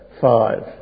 five